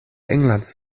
englands